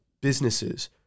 businesses